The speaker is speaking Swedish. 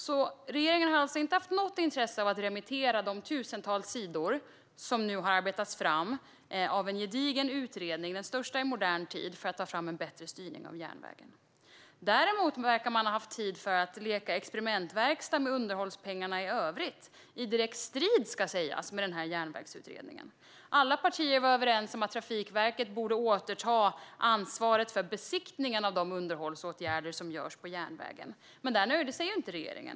Men regeringen har alltså inte haft något intresse av att remittera de tusentals sidor som nu har arbetats fram i en gedigen utredning för en bättre styrning av järnvägen, den största i modern tid. Däremot verkar man ha haft tid att leka experimentverkstad med underhållspengarna i övrigt, i direkt strid med den här järnvägsutredningen. Alla partier var överens om att Trafikverket borde återta ansvaret för besiktningen av de underhållsåtgärder som vidtas på järnvägen. Men där nöjde sig inte regeringen.